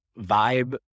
vibe